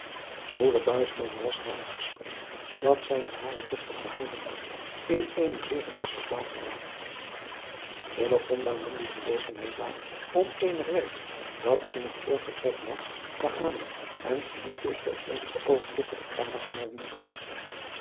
buisman was na het gesprek dat zij met hare dochter gehouden had in eenen adriaan loosjes pzn het leven van hillegonda buisman zeer gerusten slaap geraakt hillegonda nam die gelegenheid waar om eenig werk dat in het voorvertrek lag te halen en verliet dus voor eenige oogenblikken de kamer harer moeder